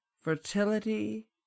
fertility